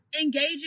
engaging